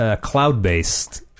cloud-based